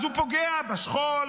אז הוא פוגע בשכול,